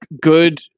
good